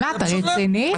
אתה רציני?